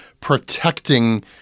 protecting